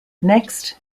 next